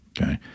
okay